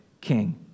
king